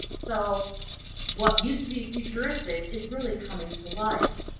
so what used to be futuristic is really coming to life.